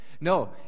No